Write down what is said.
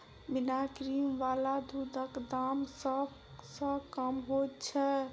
बिना क्रीम बला दूधक दाम सभ सॅ कम होइत छै